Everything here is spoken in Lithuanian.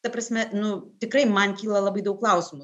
ta prasme nu tikrai man kyla labai daug klausimų